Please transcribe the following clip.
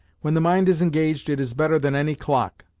when the mind is engaged, it is better than any clock.